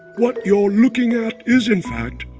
what you're looking at is, in fact,